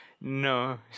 no